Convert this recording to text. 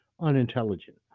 unintelligent